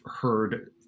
heard